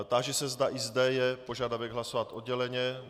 Táži se, zda i zde je požadavek hlasovat odděleně.